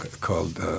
called